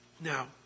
Now